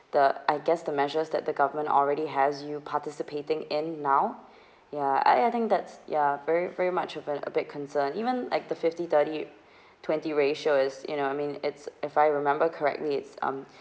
the I guess the measures that the government already has you participating in now ya I I think that's ya very very much of it a bit concern even like the fifty thirty twenty ratio is you know I mean it's if I remember correctly it's um